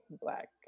black